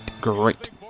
great